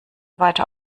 weiter